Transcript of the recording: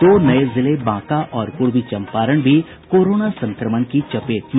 दो नये जिले बांका और पूर्वी चंपारण भी कोरोना संक्रमण की चपेट में